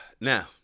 Now